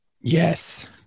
Yes